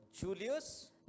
Julius